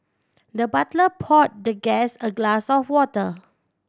the butler pour the guest a glass of water